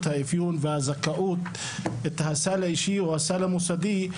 האפיון והזכאות את הסל האישי או הסל המוסדי,